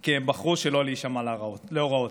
כי בחרו שלא להישמע להוראות,